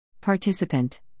Participant